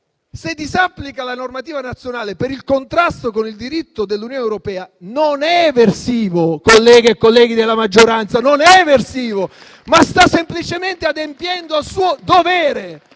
disapplica la normativa nazionale per contrasto con il diritto dell'Unione europea, non è eversivo, colleghe e colleghi della maggioranza, ma sta semplicemente adempiendo al suo dovere,